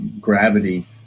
Gravity